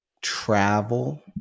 travel